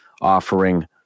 offering